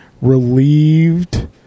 relieved